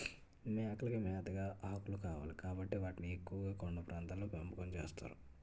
మేకలకి మేతగా ఆకులు కావాలి కాబట్టి వాటిని ఎక్కువుగా కొండ ప్రాంతాల్లో పెంపకం చేస్తారు